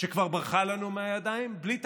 שכבר ברחה לנו מהידיים, בלי תקציב.